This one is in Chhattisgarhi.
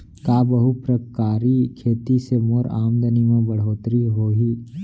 का बहुप्रकारिय खेती से मोर आमदनी म बढ़होत्तरी होही?